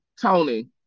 Tony